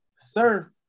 sir